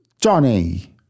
Johnny